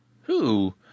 Who